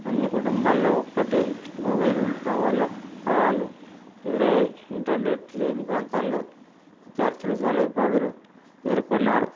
కొన్ని కుటుంబల్లో ఒక్కటే మొబైల్ ఉండటం వల్ల సవాలు ఎదురయ్యాయి ఇంటర్నెట్ లేని ప్రాంతాల్లో విద్యార్థులు చాలా ఇబ్బందులు ఎదుర్కొన్నారు